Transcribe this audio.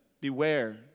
beware